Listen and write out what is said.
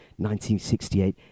1968